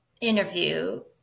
interview